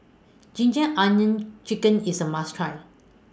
Ginger Onions Chicken IS A must Try